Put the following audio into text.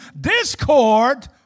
discord